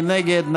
מי נגד?